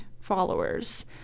followers